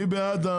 מי עד?